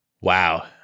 Wow